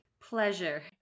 pleasure